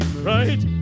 right